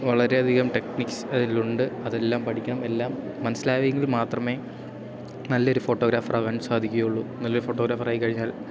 വളരെയധികം ടെക്നിക്സ് അതിലുണ്ട് അതെല്ലാം പഠിക്കണം എല്ലാം മനസ്സിലായെങ്കിൽ മാത്രമേ നല്ലൊരു ഫോട്ടോഗ്രാഫറാകാൻ സാധിക്കുകയുള്ളൂ നല്ലൊരു ഫോട്ടോഗ്രാഫറായി കഴിഞ്ഞാൽ